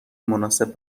مناسب